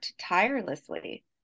tirelessly